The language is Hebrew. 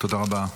תודה רבה.